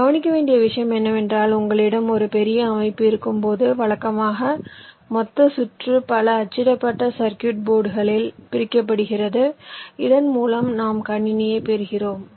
கவனிக்க வேண்டிய விஷயம் என்னவென்றால் உங்களிடம் ஒரு பெரிய அமைப்பு இருக்கும்போது வழக்கமாக மொத்த சுற்று பல அச்சிடப்பட்ட சர்க்யூட் போர்டுகளில் பிரிக்கப்படுகிறது இதன் மூலம் நாம் கணினியைப் பெறுகிறோம்